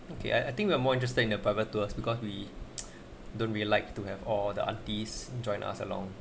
okay I I think we are more interested in the private tours because we don't really like to have all the aunties join us along